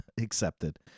accepted